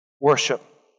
Worship